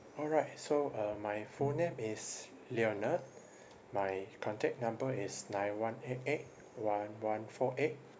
all right so uh my full name is leonard my contact number is nine one eight eight one one four eight